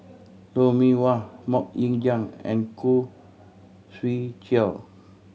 Lou Mee Wah Mok Ying Jang and Khoo Swee Chiow